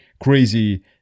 crazy